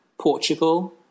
Portugal